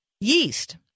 yeast